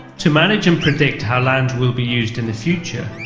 to manage and predict how land will be used in the future,